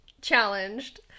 challenged